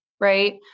right